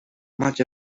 much